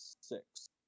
six